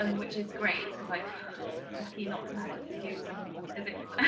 um which is great, because i've lucky not to have to do some physics,